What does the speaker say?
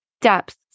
depth